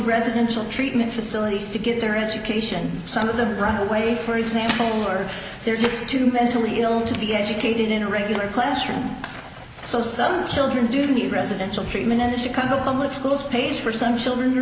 residential treatment facilities to get their education some of them run away for example or they're just too mentally ill to be educated in a regular classroom so some children do the residential treatment in the chicago public schools pays for some children